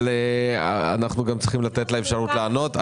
אבל אנחנו צריכים גם לתת לה אפשרות לענות.